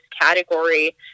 category